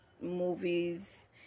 movies